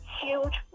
huge